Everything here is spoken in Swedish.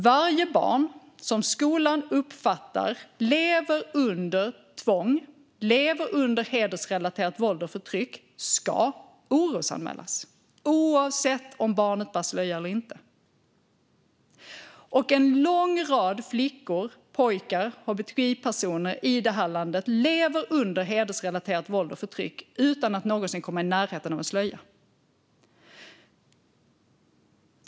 Varje barn som skolan uppfattar lever under tvång eller lever under hedersrelaterat våld och förtryck ska orosanmälas, oavsett om barnet bär slöja eller inte. Och en lång rad flickor, pojkar och hbtqi-personer i det här landet lever under hedersrelaterat våld och förtryck utan att någonsin komma i närheten av en slöja.